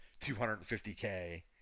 $250K